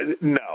no